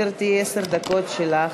בבקשה, גברתי, עשר דקות שלך.